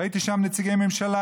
ראיתי שם נציגי ממשלה,